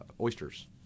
oysters